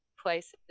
places